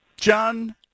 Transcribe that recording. John